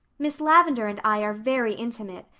miss lavendar and i are very intimate.